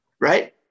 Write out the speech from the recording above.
right